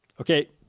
Okay